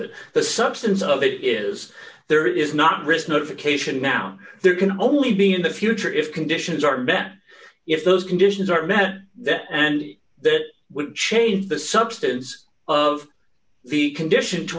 it the substance of it is there is not risk notification now there can only be in the future if conditions are met if those conditions are met that and that would change the substance of the condition to